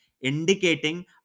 indicating